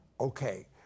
Okay